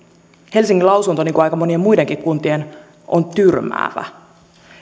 helsingin lausunto niin kuin aika monien muidenkin kuntien on tyrmäävä